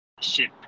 ship